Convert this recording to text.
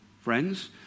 friends